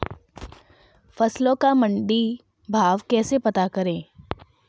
फसलों का मंडी भाव कैसे पता करें?